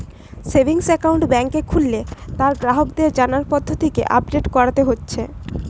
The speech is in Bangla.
সেভিংস একাউন্ট বেংকে খুললে তার গ্রাহককে জানার পদ্ধতিকে আপডেট কোরতে হচ্ছে